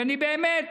ואני באמת